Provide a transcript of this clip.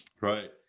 Right